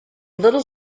little